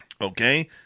Okay